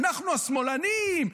אנחנו השמאלנים,